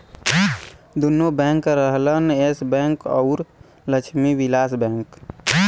दुन्नो बैंक रहलन Yes bank अउर लक्ष्मी विलास बैंक